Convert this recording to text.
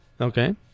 Okay